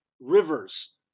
rivers